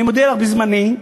אני מודיע לך, בזמני,